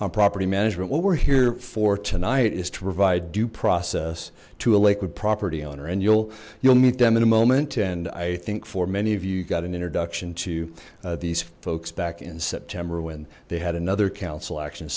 on property management what we're here for tonight is to provide due process to a liquid property owner and you'll you'll meet them in a moment and i think for many of you got an introduction to these folks back in september when they had another council action